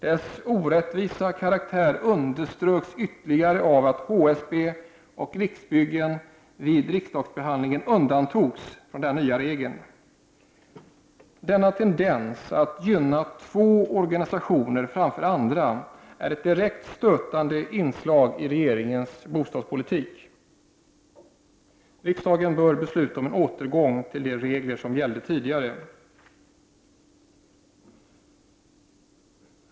Dess orättvisa karaktär underströks ytterligare av att HSB och Riksbyggen vid riksdagsbehandlingen undantogs från den nya regeln. Denna tendens att gynna två organisationer framför andra är ett direkt stötande inslag i regeringens bostadspolitik. Riksdagen bör besluta om en återgång till de regler som tidigare gällde.